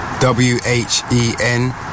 W-H-E-N